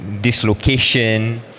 dislocation